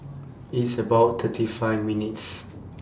It's about thirty five minutes'